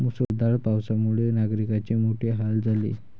मुसळधार पावसामुळे नागरिकांचे मोठे हाल झाले